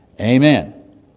Amen